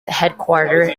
headquarters